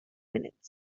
minutes